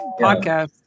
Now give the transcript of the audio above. podcast